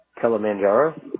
Kilimanjaro